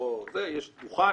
יש דוכן,